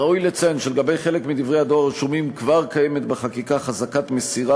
ראוי לציין שלגבי חלק מדברי הדואר הרשומים כבר קיימת בחקיקה חזקת מסירה